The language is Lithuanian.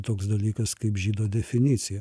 toks dalykas kaip žydo definicija